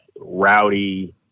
rowdy